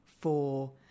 four